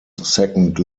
second